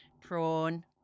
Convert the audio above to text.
prawn